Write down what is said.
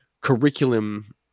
curriculum